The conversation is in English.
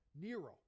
Nero